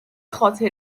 خاطر